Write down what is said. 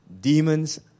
demons